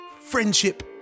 friendship